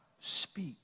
speak